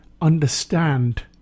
understand